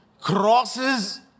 crosses